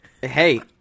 Hey